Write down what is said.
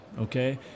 okay